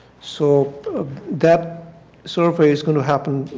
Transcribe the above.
so that survey is going to happen.